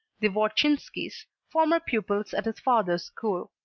the wodzinskis, former pupils at his father's school.